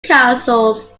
castles